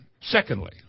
Secondly